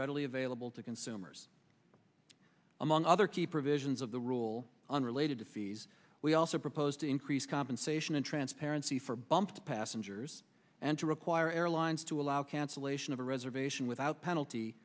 readily available to consumers among other key provisions of the rule unrelated to fees we also proposed to increase compensation and transparency for bumped passengers and to require airlines to allow cancellation of a reservation without penalty